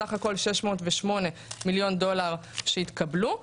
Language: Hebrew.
בסך הכל 608 מיליון דולר שהתקבלו,